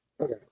okay